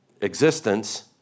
existence